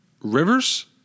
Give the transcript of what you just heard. Rivers